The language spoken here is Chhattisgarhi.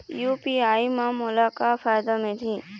यू.पी.आई म मोला का फायदा मिलही?